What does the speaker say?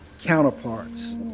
counterparts